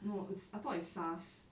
no it's I thought it's SARS